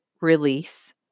release